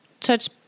touch